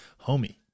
homie